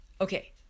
Okay